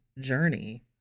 journey